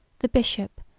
the bishop,